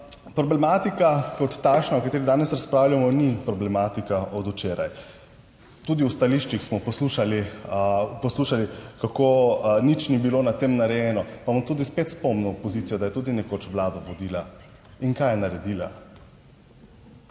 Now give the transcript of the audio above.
kot takšna o kateri danes razpravljamo ni problematika od včeraj. Tudi v stališčih smo poslušali, poslušali kako nič ni bilo na tem narejeno. Pa bom tudi spet spomnil opozicijo, da je tudi nekoč vlado vodila in kaj je naredila?